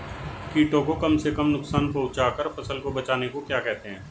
कीटों को कम से कम नुकसान पहुंचा कर फसल को बचाने को क्या कहते हैं?